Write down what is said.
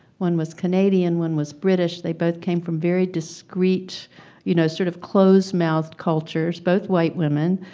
one was canadian. one was british. they both came from very discrete you know, sort of close-mouthed cultures, both white women.